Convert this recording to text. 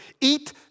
Eat